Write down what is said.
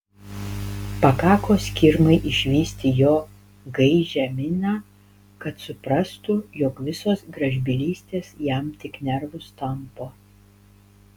pakako skirmai išvysti jo gaižią miną kad suprastų jog visos gražbylystės jam tik nervus tampo